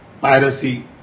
piracy